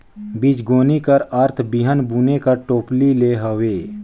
बीजगोनी कर अरथ बीहन बुने कर टोपली ले हवे